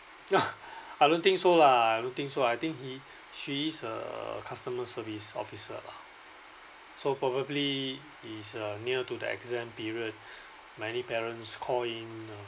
I don't think so lah I don't think so I think he she is a customer service officer lah so probably is uh near to the exam period many parents call in